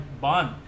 bond